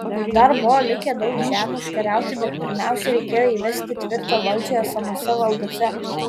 dar buvo likę daug žemių užkariauti bet pirmiausia reikėjo įvesti tvirtą valdžią esamose valdose